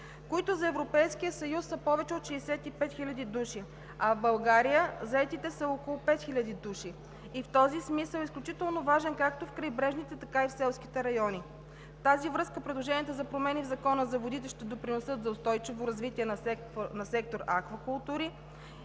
които за Европейския съюз са повече от 65 000 души, а в България заетите са около 5000 души. В този смисъл е изключително важен както в крайбрежните, така и в селските райони. Предложенията за промени в Закона за водите ще допринесат за устойчиво развитие на сектор „Аквакултури“